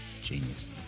genius